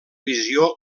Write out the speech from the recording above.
visió